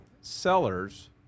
Sellers